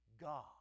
God